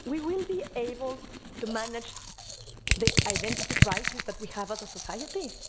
we will be able to manage the identity crisis that we have as a society,